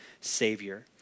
Savior